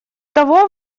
того